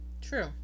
True